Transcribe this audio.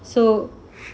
so